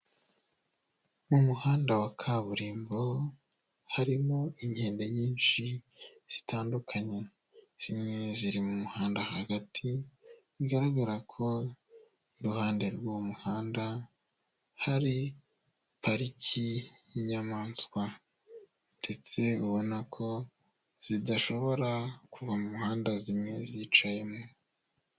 Mu muhanda wa kaburimbo harimo inkende nyinshi zitandukanye, zimwe ziri mu muhanda hagati bigaragara ko iruhande rw'uwo muhanda hari pariki y'inyamaswa ndetse ubona ko zidashobora kuva mu muhanda zimwe zicayemo.